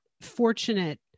fortunate